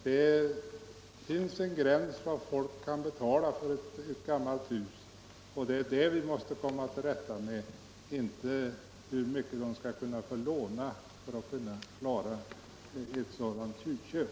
Det finns en gräns för vad folk kan betala för ett gammalt hus, och det gäller därför att komma till rätta med prisfrågan, inte att ordna så att människorna skall kunna låna för att klara ett husköp.